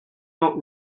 not